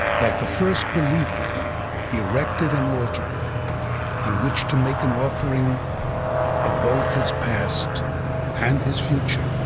that the first believer erected an altar on which to make an offering of both his past and his future.